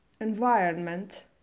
environment